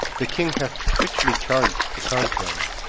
the king hath strictly charg'd the contrary.